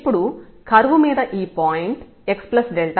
ఇప్పుడు కర్వ్ మీద ఈ పాయింట్ xx fxx అవుతుంది